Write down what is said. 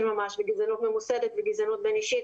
ממש וגזענות ממוסדות וגזענות בין-אישית,